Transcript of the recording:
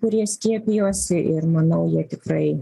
kurie skiepijosi ir manau jie tikrai